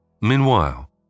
Meanwhile